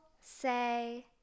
say